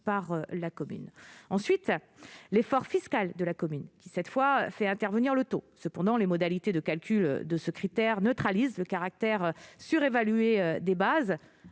par la commune. Ensuite, il y a l'effort fiscal de la commune, qui, lui, fait intervenir le taux. Cependant, les modalités de calcul de ce critère neutralisent le caractère surévalué des bases